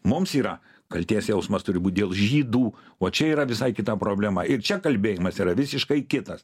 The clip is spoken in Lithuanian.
mums yra kaltės jausmas turi būt dėl žydų o čia yra visai kita problema ir čia kalbėjimas yra visiškai kitas